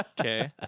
okay